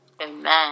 Amen